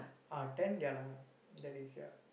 ah then ya lah that is ya